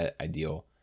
ideal